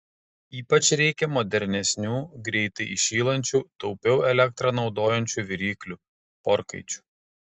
ypač reikia modernesnių greitai įšylančių taupiau elektrą naudojančių viryklių orkaičių